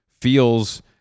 feels